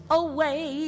away